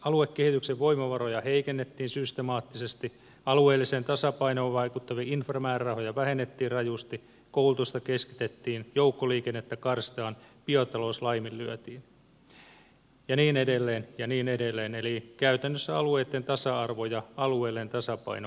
aluekehityksen voimavaroja heikennettiin systemaattisesti alueelliseen tasapainoon vaikuttavia inframäärärahoja vähennettiin rajusti koulutusta keskitettiin joukkoliikennettä karsitaan biotalous laiminlyötiin ja niin edelleen ja niin edelleen eli käytännössä alueitten tasa arvo ja alueellinen tasapaino unohdettiin